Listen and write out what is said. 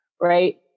Right